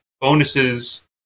bonuses